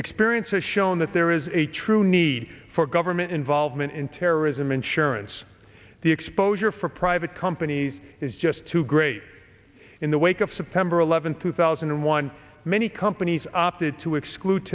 experience has shown that there is a true need for government involvement in terrorism insurance the exposure for private companies is just too great in the wake of september eleventh two thousand and one many companies opted to exclude